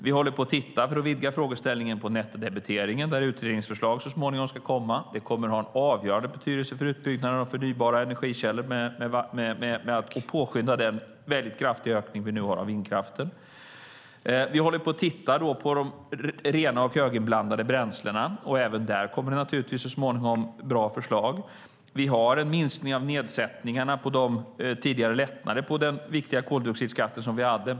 Vi håller på att titta på frågeställningen om nettodebiteringen för att vidga den, och där ska utredningsförslag så småningom komma. Det kommer att ha en avgörande betydelse för utbyggnaden av förnybara energikällor och påskynda den väldigt kraftiga ökning vi nu har av vindkraften. Vi håller på att titta på de rena och höginblandade bränslena, och även där kommer det naturligtvis så småningom bra förslag. Vi har en minskning av nedsättningarna på de tidigare lättnader på koldioxidskatten vi hade.